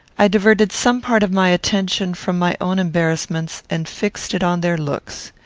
i diverted some part of my attention from my own embarrassments, and fixed it on their looks.